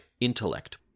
intellect